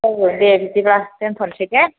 औ दे बिदिबा दोन्थ'नोसै दे